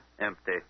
Empty